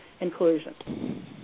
inclusion